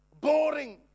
boring